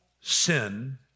sin